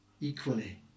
equally